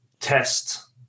test